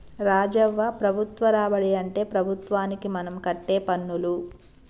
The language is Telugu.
రాజవ్వ ప్రభుత్వ రాబడి అంటే ప్రభుత్వానికి మనం కట్టే పన్నులు